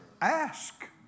Ask